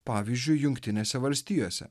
pavyzdžiui jungtinėse valstijose